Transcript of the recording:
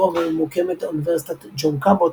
ברובע ממוקמת אוניברסיטת ג'ון קאבוט,